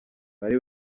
bari